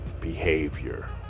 behavior